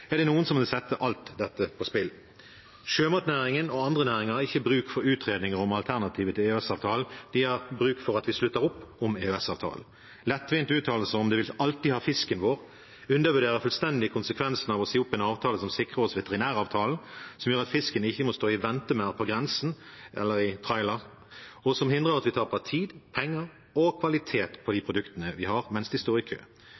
er det noen som vil sette alt dette på spill. Sjømatnæringen og andre næringer har ikke bruk for utredninger om alternativet til EØS-avtalen, de har bruk for at vi slutter opp om EØS-avtalen. Lettvinte uttalelser om at vi alltid har fisken vår, undervurderer fullstendig konsekvensene av å si opp en avtale som sikrer oss veterinæravtalen, som gjør at fisken ikke må stå og vente på grensen, i trailer, og som hindrer at vi taper tid, penger og kvalitet på de produktene vi har mens de står i kø,